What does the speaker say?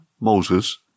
Moses